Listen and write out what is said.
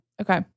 Okay